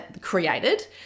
created